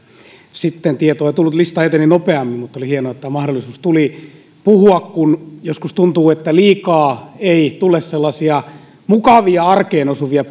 tietoa ei tullut siitä että lista eteni nopeammin mutta oli hienoa että tämä mahdollisuus tuli puhua kun joskus tuntuu että liikaa ei tule sellaisia mukavia arkeen osuvia